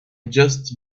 just